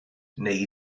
neu